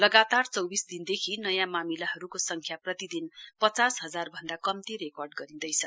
लगातार चौबिस दिनदेखि नयाँ मामिलाहरूको सङ्ख्या प्रतिदिन पचास हजार भन्दा कम्ती रेकर्ड गरिँदैछ